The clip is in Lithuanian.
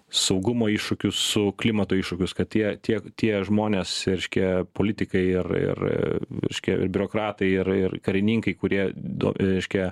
saugumo iššūkius su klimato iššūkius kad tie tiek tie žmonės reiškia politikai ir ir reiškia ir biurokratai ir ir karininkai kurie dau reiškia